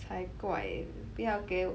才怪不要给我